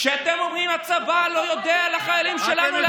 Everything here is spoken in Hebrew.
כשאתם אומרים: הצבא לא יודע להגן על החיילים שלנו,